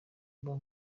mbuga